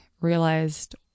realized